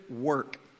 work